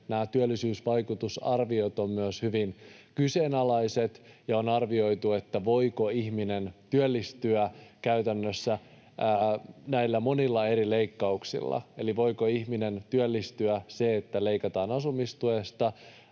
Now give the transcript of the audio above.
työllisyysvaikutusarviot ovat myös hyvin kyseenalaiset. On arvioitu, että voiko ihminen käytännössä työllistyä näillä monilla eri leikkauksilla, siis voiko ihminen työllistyä siten, että leikataan asumistuesta,